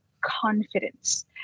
confidence